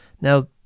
Now